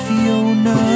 Fiona